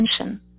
attention